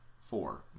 four